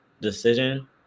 decision